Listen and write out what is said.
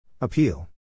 Appeal